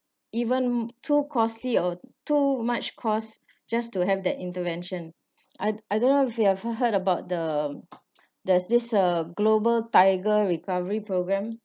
even too costly or too much cause just to have that intervention I I don't know if you've heard about the there's this a global tiger recovery programme